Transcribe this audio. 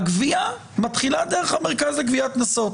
הגבייה מתחילה דרך המרכז לגביית קנסות.